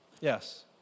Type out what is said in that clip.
Yes